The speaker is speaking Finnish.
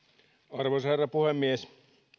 arvoisa herra puhemies